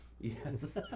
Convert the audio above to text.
Yes